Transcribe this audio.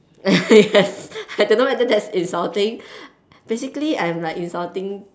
yes I don't know whether that's insulting basically I'm like insulting